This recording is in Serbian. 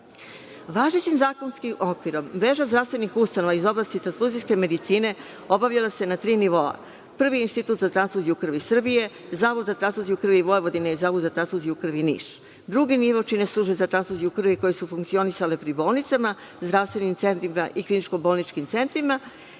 krvi. Važećim zakonskim okvirom mreža zdravstvenih ustanova iz oblasti transfuzijske medicine obavlja se na tri nivoa. Prvi je Institut za transfuziju krvi Srbije, Zavod za transfuziju krvi Vojvodine i Zavod za transfuziju krvi Niš. Drugi nivo čine službe za transfuziju krvi koje su funkcionisale pri bolnicama, zdravstvenim centrima i kliničko-bolničkim centrima.